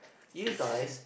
you guys